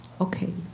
Okay